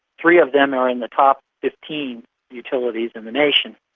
three of them are in the top fifteen utilities in the nation,